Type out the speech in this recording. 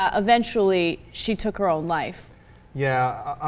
ah eventually she took her own life yeah ah.